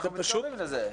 אנחנו קשובים לזה.